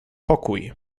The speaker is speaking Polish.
pokój